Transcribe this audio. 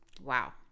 Wow